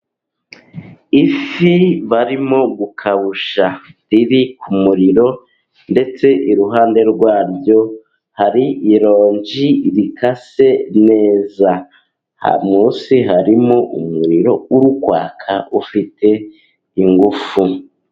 Ifi barimo gukawusha, iri ku muriro, ndetse iruhande rwayo hari irunji rikase neza, munsi harimo umuriro uri kwaka, ufite ingufu.